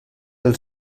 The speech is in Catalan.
els